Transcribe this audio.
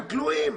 הם כלואים.